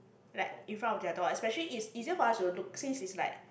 like in front of their door especially it's easier for us to look since it's like